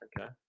Okay